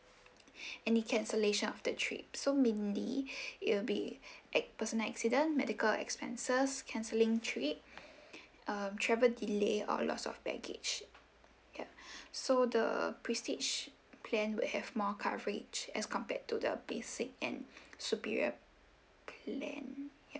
any cancellation of the trip so mainly it'll be ac~ personal accident medical expenses cancelling trip um travel delay or loss of baggage ya so the prestige plan will have more coverage as compared to the basic and superior plan ya